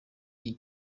iyi